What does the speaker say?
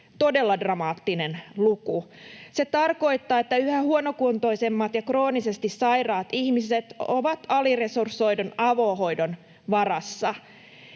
todella dramaattinen luku. Se tarkoittaa, että yhä huonokuntoisemmat ja kroonisesti sairaat ihmiset ovat aliresursoidun avohoidon varassa.